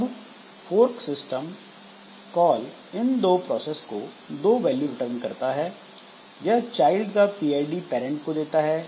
अब fork system call इन दो प्रोसेस को दो वैल्यू रिटर्न करता है यह चाइल्ड का pid पैरंट को देता है